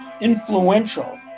influential